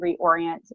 reorient